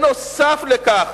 נוסף על כך,